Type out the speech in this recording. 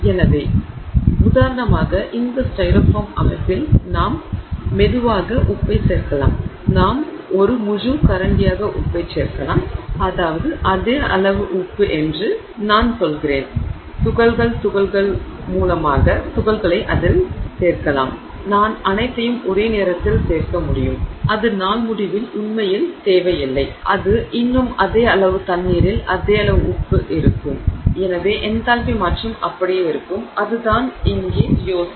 எனவே உதாரணமாக இந்த ஸ்டைரோஃபோம் அமைப்பில் நாம் மெதுவாக உப்பைச் சேர்க்கலாம் நாம் ஒரு முழு கரண்டியாக உப்பைச் சேர்க்கலாம் அதாவது அதே அளவு உப்பு என்று நான் சொல்கிறேன் துகள் மூலம் துகள் மூலம் துகள்களை அதில் சேர்க்கலாம் நான் அனைத்தையும் ஒரே நேரத்தில் சேர்க்க முடியும் அது நாள் முடிவில் உண்மையில் தேவையில்லை அது இன்னும் அதே அளவு தண்ணீரில் அதே அளவு உப்பு இருக்கும் எனவே என்தால்பி மாற்றம் அப்படியே இருக்கும் அதுதான் இங்கே யோசனை